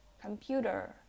computer